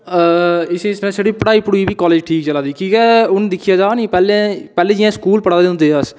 इसी छ छोड़ी पढ़ाई पढूई बी कालेज ठीक चला दी की के हून दिक्खेआ जा तां पैह्लें पैह्लें जि'यां स्कूल पढ़ै दे हुंदे हे अस